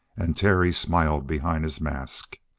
and terry smiled behind his mask.